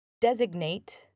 designate